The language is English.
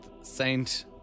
Saint